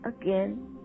again